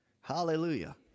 hallelujah